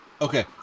Okay